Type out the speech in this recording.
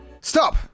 Stop